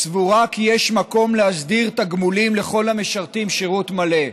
סבורה כי יש מקום להסדיר תגמולים לכל המשרתים שירות מלא,